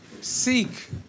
seek